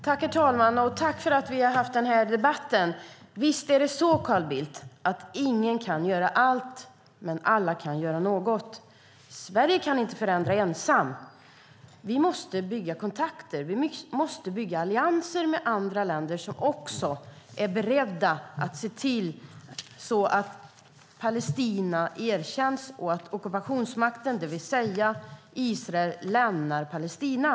Herr talman! Tack för att vi har haft denna debatt! Visst är det så, Carl Bildt, att ingen kan göra allt. Men alla kan göra något. Sverige kan inte förändra ensamt. Vi måste bygga kontakter. Vi måste bygga allianser med andra länder som också är beredda att se till att Palestina erkänns och att ockupationsmakten, det vill säga Israel, lämnar Palestina.